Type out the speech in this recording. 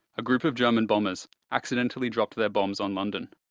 a group of german bombers accidentally dropped their bombs on london.